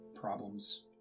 problems